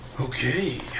Okay